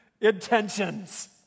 intentions